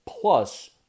Plus